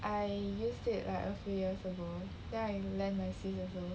I used it like a few years ago then I lend my sis also